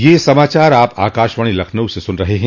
ब्रे क यह समाचार आप आकाशवाणी लखनऊ से सुन रहे हैं